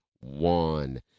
one